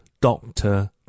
doctor